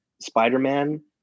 Spider-Man